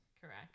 Correct